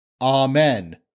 Amen